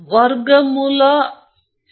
data ಗುಣಮಟ್ಟವು ಹೆಚ್ಚು ಪ್ರಭಾವಶಾಲಿಯಾಗಿದೆ